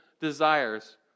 desires